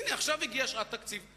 הנה עכשיו הגיעה שעת תקציב.